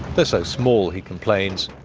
they're so small, he complains.